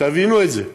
ותבינו את זה: